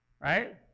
Right